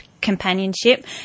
companionship